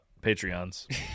Patreons